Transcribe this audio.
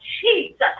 Jesus